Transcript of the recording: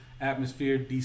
atmosphere